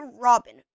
Robin